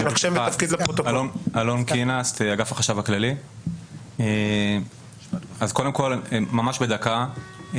אלון קינסט אגף החשב הכללי, אז קודם כל ממש בדקה,